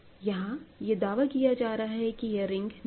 यहां यह दावा किया जा रहा है कि यह रिंग नहीं है